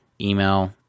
email